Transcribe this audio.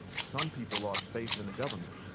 some people lost faith in the government.